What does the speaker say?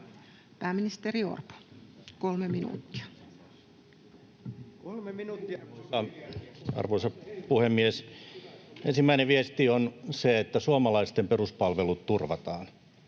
Time: 15:51 Content: Arvoisa puhemies! Ensimmäinen viesti on se, että suomalaisten peruspalvelut turvataan.